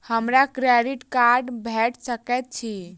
हमरा credit card भेट सकैत अछि?